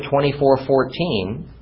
24.14